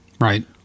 Right